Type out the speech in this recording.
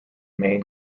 main